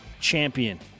champion